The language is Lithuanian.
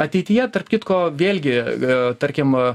ateityje tarp kitko vėlgi tarkim